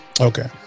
Okay